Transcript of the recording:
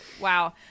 Wow